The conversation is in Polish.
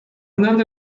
nade